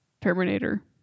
Terminator